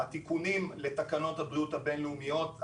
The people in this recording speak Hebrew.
התיקונים לתקנות הבריאות הבין-לאומיות,